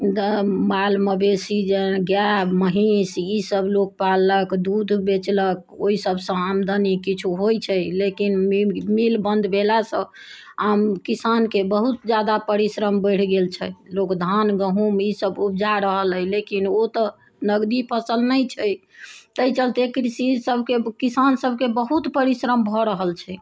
दऽ माल मवेशी जे गाय महीस ई सभ लोक पाललक दूध बेचलक ओहि सभसँ आमदनी किछु होइत छै लेकिन मी मील बन्द भेलासँ आमदनी बढ़ि गेल छै लोक धान गहूँम ई सभ उपजा रहल हइ लेकिन ओ तऽ नगदी फसल नहि छै ताहि चलते कृषि सभके किसान सभकेँ बहुत परिश्रम भऽ रहल छै